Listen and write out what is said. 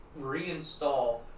reinstall